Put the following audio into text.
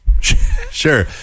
Sure